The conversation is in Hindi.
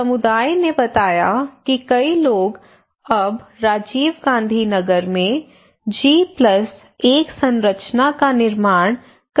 समुदाय ने बताया कि कई लोग अब राजीव गांधी नगर में जी 1 संरचना का निर्माण कर रहे हैं